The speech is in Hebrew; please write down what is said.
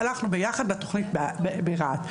הלכנו ביחד בתכנית ברהט.